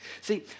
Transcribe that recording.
See